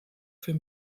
für